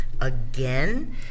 Again